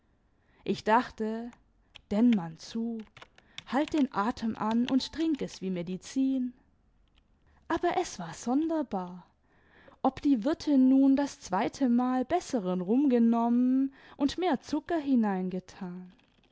ich dachte denn man zu halt den atem an imd trink es wie medizin aber es war sonderbar ob die wirtin nun das zweite mal besseren rum genommen und mehr zucker hineingetan